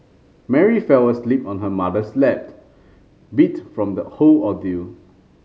Mary fell asleep on her mother's lap beat from the whole ordeal